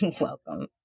Welcome